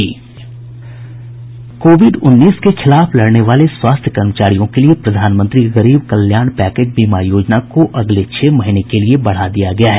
Covid उन्नीस के खिलाफ लड़ने वाले स्वास्थ्य कर्मचारियों के लिए प्रधानमंत्री गरीब कल्याण पैकेज बीमा योजना को अगले छह महीने के लिए बढ़ा दिया गया है